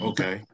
Okay